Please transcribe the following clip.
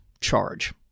charge